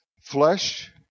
Flesh